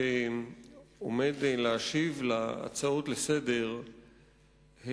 שעומד להשיב על ההצעות לסדר-היום,